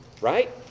right